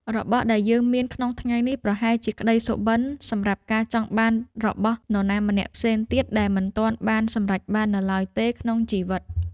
របស់ដែលយើងមានក្នុងថ្ងៃនេះប្រហែលជាក្ដីសុបិនសម្រាប់ការចង់បានរបស់នរណាម្នាក់ផ្សេងទៀតដែលមិនទាន់អាចសម្រេចបាននៅឡើយទេក្នុងជីវិត។